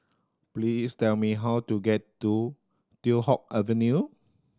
please tell me how to get to Teow Hock Avenue